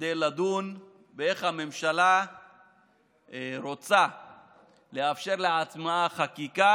כדי לדון איך הממשלה רוצה לאפשר לעצמה חקיקה